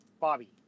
Bobby